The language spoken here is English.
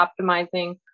optimizing